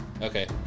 Okay